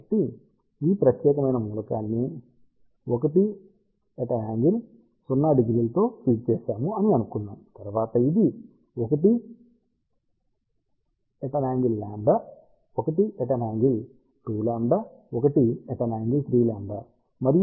కాబట్టి ఈ ప్రత్యేకమైన మూలకాన్ని 10 తో ఫీడ్ చేశాము అని అనుకుందాము తరువాత ఇది మరియు ఇలా ఉంటుంది